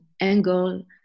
angle